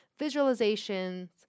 visualizations